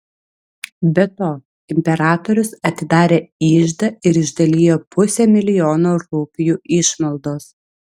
be to imperatorius atidarė iždą ir išdalijo pusę milijono rupijų išmaldos